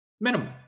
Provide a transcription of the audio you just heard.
Minimum